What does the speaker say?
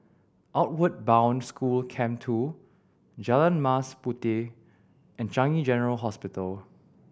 Outward Bound School Camp Two Jalan Mas Puteh and Changi General Hospital